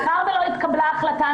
מאחר ולא התקבלה החלטה.